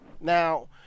Now